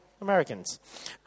Americans